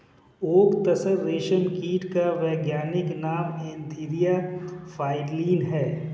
okay तसर रेशम कीट का वैज्ञानिक नाम एन्थीरिया प्राइलीन है